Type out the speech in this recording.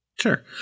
Sure